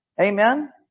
Amen